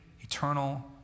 eternal